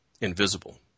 invisible